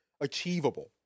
achievable